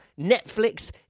Netflix